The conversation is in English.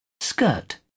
skirt